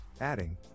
adding